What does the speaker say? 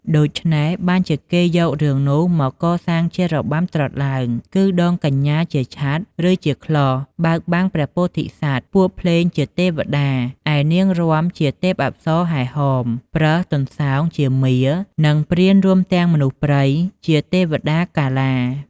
ដូច្នេះ បានជាគេយករឿងនោះមកកសាងជារបាំត្រុដិឡើង គឺដងកញ្ញាជាឆ័ត្រ ឬជាក្លស់ បើកបាំងព្រះពោធិសត្វ ពួកភ្លេងជាទពតា ឯនាងរាំជាទេពអប្សរហែហម ប្រើសទន្សោងជាមារ និងព្រានរួមទាំងមនុស្សព្រៃជាទេពតាកាឡា។